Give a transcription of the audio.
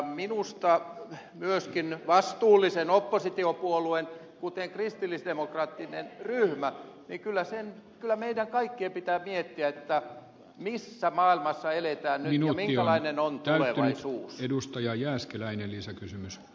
minusta myöskin vastuullisen oppositiopuolueen kuten kristillisdemokraattisen ryhmän meidän kaikkien pitää miettiä missä maailmassa eletään nyt ja minkälainen on teille vaisuus edustaja jääskeläinen iso tulevaisuus